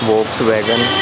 ਮੋਕਸ wagon